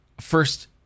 first